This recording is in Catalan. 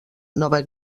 nova